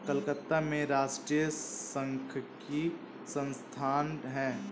कलकत्ता में राष्ट्रीय सांख्यिकी संस्थान है